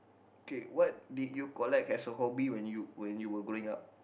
okay what did you collect as a hobby when you were growing up